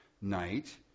night